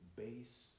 base